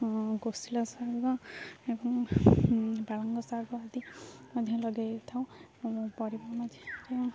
କୋଶଳା ଶାଗ ଏବଂ ପାଳଙ୍ଗ ଶାଗ ଆଦି ମଧ୍ୟ ଲଗାଇ ଦେଇଥାଉ ପରିବା ମଧ୍ୟ